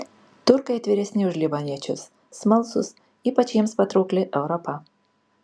turkai atviresni už libaniečius smalsūs ypač jiems patraukli europa